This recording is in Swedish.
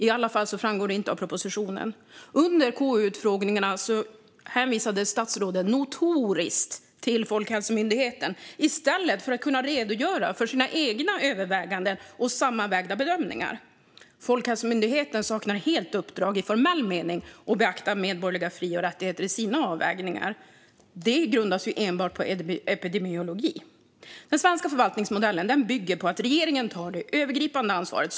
I alla fall framgår det inte av propositionen. Under KU-utfrågningarna hänvisade statsråden notoriskt till Folkhälsomyndigheten i stället för att redogöra för sina egna överväganden och sammanvägda bedömningar. Folkhälsomyndigheten saknar helt uppdrag i formell mening att beakta medborgerliga fri och rättigheter i sina avvägningar. De grundas enbart på epidemiologi. Den svenska förvaltningsmodellen bygger på att regeringen tar det övergripande ansvaret.